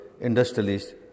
industrialists